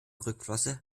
rückenflosse